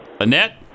Annette